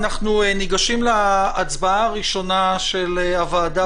אנחנו ניגשים להצבעה הראשונה של הוועדה